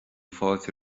fáilte